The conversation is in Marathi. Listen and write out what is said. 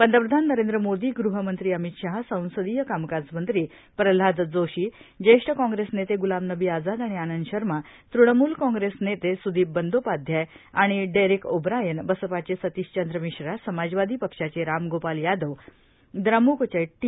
पंतप्रधान नरेंद्र मोदीए गृहमंत्री अमित शहाए संसदीय कामकाज मंत्री प्रल्हाद जोशीए ज्येष्ठ काँग्रेस नेते ग्लाब नबी आझाद आणि आनंद शर्माए तृणमूल काँग्रेस नेते स्दीप बंदोपाधाय आणि डेरेक ओब्रायनए बसपाचे सतिश चंद्र मिश्राए समाजवादी पक्षाचे राम गोपाल यादवए द्रम्कचे टी